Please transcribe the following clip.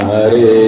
Hare